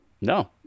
No